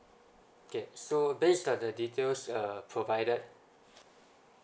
okay so based on the details uh provided